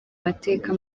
mateka